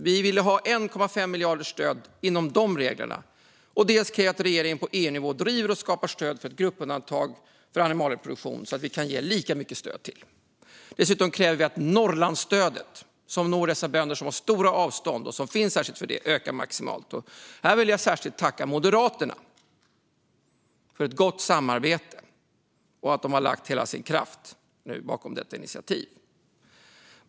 Vi ville ha 1,5 miljarder till stöd inom ramen för de reglerna, men vi har även krävt att regeringen på EU-nivå driver och skapar stöd för ett gruppundantag för animalieproduktion så att vi kan ge ytterligare lika mycket stöd. Dessutom kräver vi att Norrlandsstödet - ett stöd särskilt till bönder som har långa avstånd - ökar maximalt. Här vill jag särskilt tacka Moderaterna för ett gott samarbete och att de har lagt hela sin kraft bakom detta initiativ.